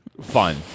fun